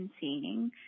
seeing